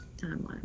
timeline